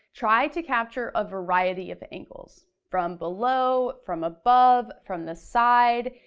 try to capture a variety of angles. from below, from above, from the side,